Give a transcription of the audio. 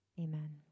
Amen